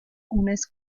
unas